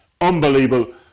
Unbelievable